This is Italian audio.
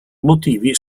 motivi